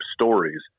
stories